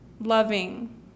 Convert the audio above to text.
loving